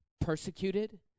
persecuted